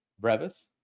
brevis